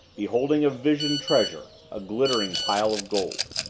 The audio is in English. beholding a visioned treasure, a glittering pile of gold.